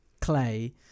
Clay